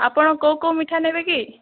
ଆପଣ କେଉଁ କେଉଁ ମିଠା ନେବେକି